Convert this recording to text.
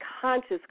conscious